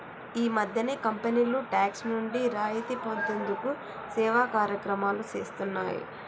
ఈ మధ్యనే కంపెనీలు టాక్స్ నుండి రాయితీ పొందేందుకు సేవా కార్యక్రమాలు చేస్తున్నాయి